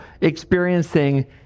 experiencing